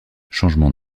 changement